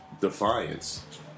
Defiance